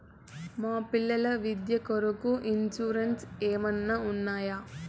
మా పిల్లల విద్య కొరకు ఇన్సూరెన్సు ఏమన్నా ఉన్నాయా?